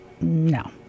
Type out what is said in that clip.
no